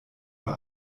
bei